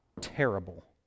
terrible